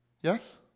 Yes